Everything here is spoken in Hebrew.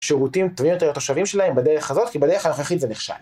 שירותים טובים יותר לתושבים שלהם בדרך הזאת, כי בדרך הנוכחית זה נכשל.